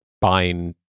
buying